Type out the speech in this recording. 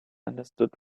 understood